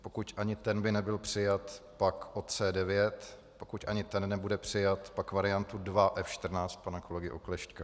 Pokud ani ten by nebyl přijat, pak o C9, pokud ani ten nebude přijat, pak variantu 2 F14 pana kolegy Oklešťka.